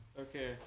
Okay